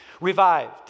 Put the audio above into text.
revived